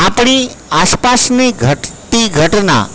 આપણી આસપાસની ઘટતી ઘટના